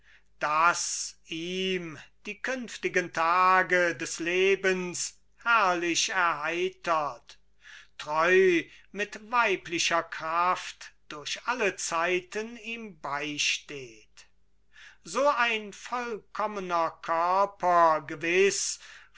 das ihm die künftigen tage des lebens herrlich erheitert treu mit weiblicher kraft durch alle zeiten ihm beisteht so ein vollkommener körper gewiß